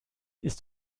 ist